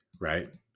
right